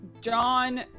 John